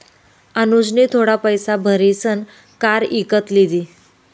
अनुजनी थोडा पैसा भारीसन कार इकत लिदी